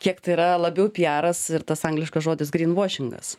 kiek tai yra labiau piaras ir tas angliškas žodis gryn vošingas